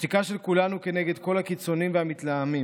השתיקה של כולנו כנגד כל הקיצונים והמתלהמים